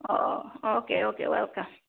ꯑꯣ oh okay okay welcome